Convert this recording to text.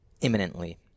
imminently